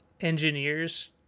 engineers